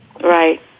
Right